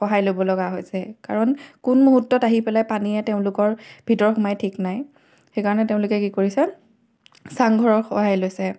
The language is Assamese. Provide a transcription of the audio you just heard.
সহায় ল'বলগা হৈছে কাৰণ কোন মুহূৰ্তত আহি পেলাই পানীয়ে তেওঁলোকৰ ভিতৰ সোমাই ঠিক নাই সেইকাৰণে তেওঁলোকে কি কৰিছে চাংঘৰৰ সহায় লৈছে